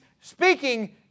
speaking